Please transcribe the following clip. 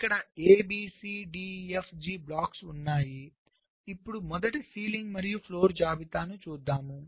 ఇక్కడ A B C D E F G blocks ఉన్నాయి ఇప్పుడు మొదట సీలింగ్ మరియు ఫ్లోర్ జాబితాను చూద్దాం